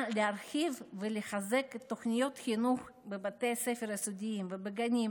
להרחיב ולחזק תוכניות חינוך בבתי הספר היסודיים ובגנים